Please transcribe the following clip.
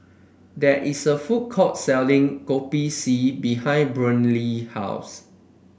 there is a food court selling Kopi C behind Brynlee house